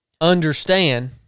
Understand